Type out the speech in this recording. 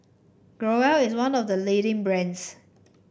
Growell is one of the leading brands